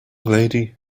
lady